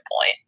point